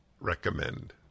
recommend